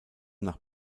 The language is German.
nach